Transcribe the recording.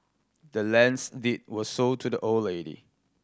the land's deed was sold to the old lady